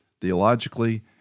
theologically